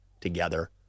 together